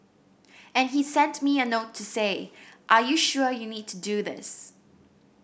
and he sent me a note to say are you sure you need to do this